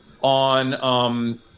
on